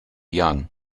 young